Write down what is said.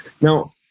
Now